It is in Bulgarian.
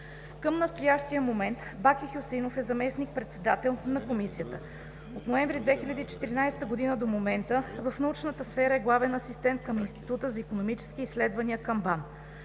Към настоящия момент Баки Хюсеинов е заместник-председател на Комисията. От ноември 2014 г. до момента в научната сфера е главен асистент към Института за икономически изследвания към